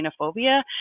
xenophobia